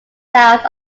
south